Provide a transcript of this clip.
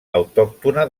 autòctona